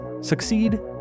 Succeed